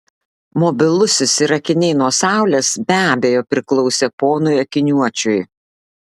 mobilusis ir akiniai nuo saulės be abejo priklausė ponui akiniuočiui